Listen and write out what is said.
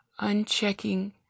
Unchecking